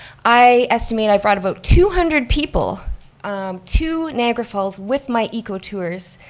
i estimate i brought about two hundred people to niagara falls with my eco tours